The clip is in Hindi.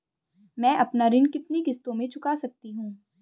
मैं अपना ऋण कितनी किश्तों में चुका सकती हूँ?